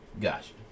Gotcha